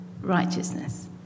righteousness